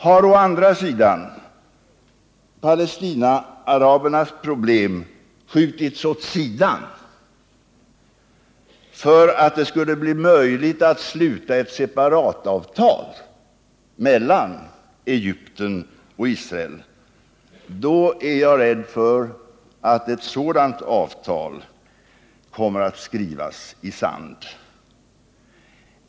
Har å andra sidan Palestinaarabernas problem skjutits åt sidan för att det skulle bli möjligt att sluta ett separatavtal mellan Egypten och Israel, är jag rädd att ett sådant avtal kommer att skrivas i sand.